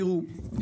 תראו,